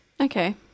Okay